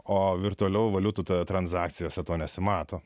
o virtualių valiutų toje transakcijose to nesimato